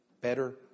better